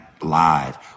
live